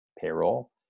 payroll